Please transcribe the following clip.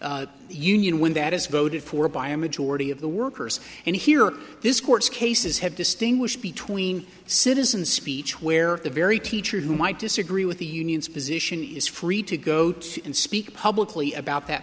the union when that is voted for by a majority of the workers and here this court's cases have distinguished between citizen speech where the very teacher who might disagree with the union's position is free to go to and speak publicly about that